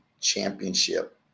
championship